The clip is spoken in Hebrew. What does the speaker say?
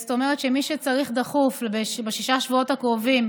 זאת אומרת שמי שצריך דרכון דחוף בששת השבועות הקרובים